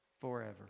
forever